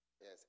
Yes